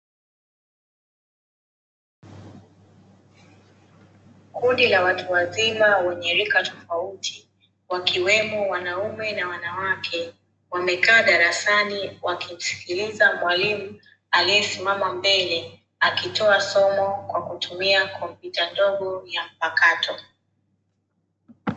Kundi la watu wazima wenye rika tofauti, wakiwemo wanaume na wanawake wamekaa darasani, wakimsikiliza mwalimu aliyesimama mbele akitoa somo kwa kutumia kompyuta ndogo ya mpakato.